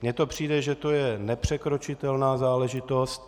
Mně to přijde, že to je nepřekročitelná záležitost.